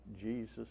Jesus